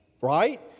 right